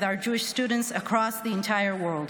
our Jewish students across the entire world.